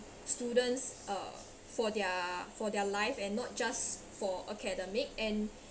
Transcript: students uh for their for their life and not just for academic and